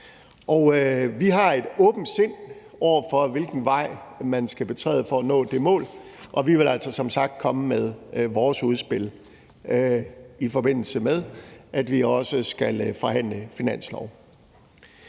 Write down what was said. Vi har et åbent sind over for, hvilken vej man skal betræde for at nå det mål, og vi vil altså som sagt komme med vores udspil, i forbindelse med at vi også skal forhandle finanslov.